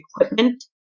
equipment